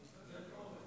עודד פורר.